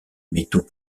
métaux